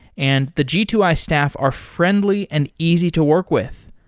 and the g two i staff are friendly and easy to work with.